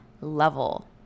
level